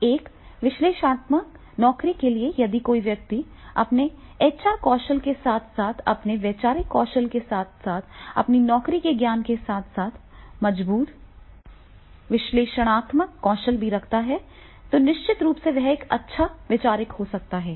एक विश्लेषणात्मक नौकरी के लिए यदि कोई व्यक्ति अपने एचआर कौशल के साथ साथ अपने वैचारिक कौशल के साथ साथ अपने नौकरी के ज्ञान के साथ साथ मजबूत विश्लेषणात्मक कौशल भी रखता है तो निश्चित रूप से वह एक अच्छा विचारक हो सकता है